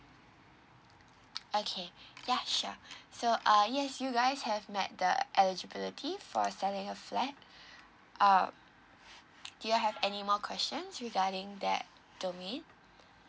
okay ya sure so uh yes you guys have met the eligibility for selling your flat um do you have any more questions regarding that domain